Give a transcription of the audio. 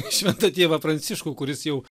šventą tėvą pranciškų kuris jau